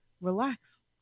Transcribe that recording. relax